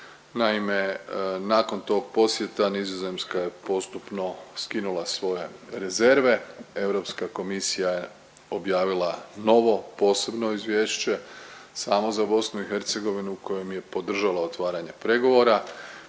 Naime, nakon tog posjeta Nizozemska je postupno skinula svoje rezerve, Europska komisija je objavila novo posebno izvješće samo za BiH kojem je podržala otvaranje pregovora